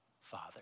Father